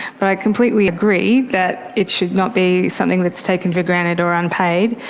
but i completely agree that it should not be something that's taken for granted or unpaid.